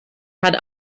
had